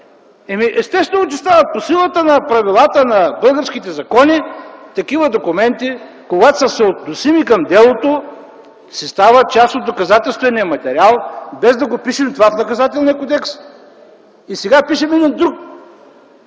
Естествено, че стават. По силата на правилата на българските закони такива документи, когато са съотносими към делото, стават част от доказателствения материал, без да го пишем това в Наказателния кодекс. И сега пишем един друг